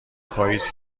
پائیز